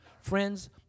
Friends